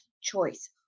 choice